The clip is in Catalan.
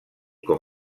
com